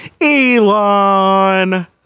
Elon